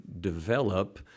develop